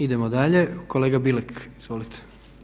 Idemo dalje, kolega Bilek, izvolite.